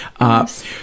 Yes